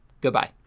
Goodbye